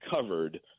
covered